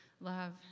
love